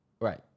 Right